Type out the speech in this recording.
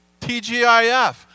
TGIF